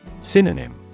Synonym